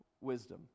wisdom